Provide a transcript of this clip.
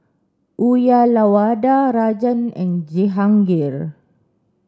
Uyyalawada Rajan and Jehangirr